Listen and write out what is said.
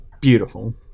beautiful